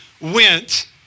went